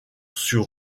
sur